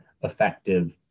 effective